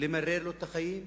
למרר לו את החיים,